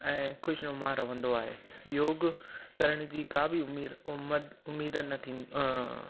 ऐं ख़ुशनुमा रहंदो आहे योग करण जी का बि उमिरि उमिरि उमीद न थी न अ